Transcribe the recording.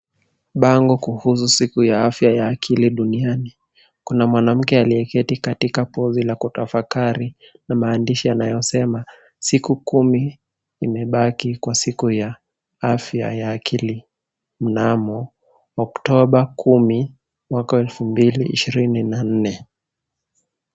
Bango kuhusu siku ya afya ya akili duniani. Kuna mwanamke aliyeketi katika pozi la kutafakari na maandishi yanayosema, siku kumi imebaki kwa siku ya afya ya akili mnamo Oktoba kumi mwaka wa elfu mbili ishirini na nne.